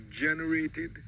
generated